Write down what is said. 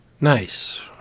Nice